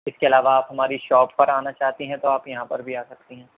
اس کے علاوہ آپ ہماری شاپ پر آنا چاہتی ہیں تو آپ یہاں پر بھی آ سکتی ہیں